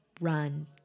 run